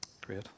Great